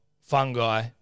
fungi